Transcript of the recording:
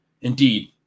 indeed